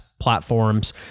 Platforms